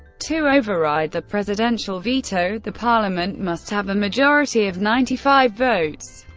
to override the presidential veto, the parliament must have a majority of ninety five votes.